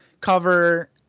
cover